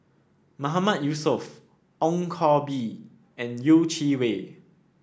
Mahmood Yusof Ong Koh Bee and Yeh Chi Wei